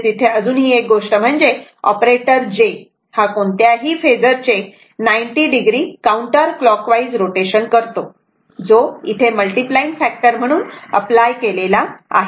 तसेच इथे अजून एक गोष्ट म्हणजे ऑपरेटर j हा कोणत्याही फेजर चे 90 o काउंटर क्लॉकवाईज रोटेशन करतो जो इथे मल्टिप्लाइंग फॅक्टर म्हणून अपलाय केलेला आहे